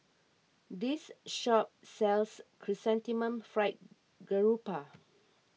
this shop sells Chrysanthemum Fried Garoupa